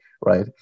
right